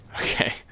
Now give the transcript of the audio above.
Okay